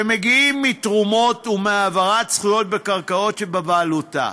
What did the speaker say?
שמגיעים מתרומות ומהעברת זכויות בקרקעות שבבעלותה.